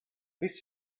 this